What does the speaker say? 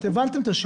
הבנתם את השאלה.